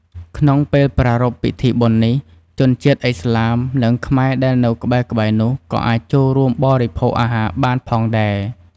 ក្នុងពេលប្រារព្ធពិធីបុណ្យនេះ ជនជាតិឥស្លាម និងខ្មែរដែលនៅក្បែរៗនោះក៏អាចចូលរួមបរិភោគអាហារបានផងដែរ។